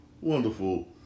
wonderful